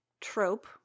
trope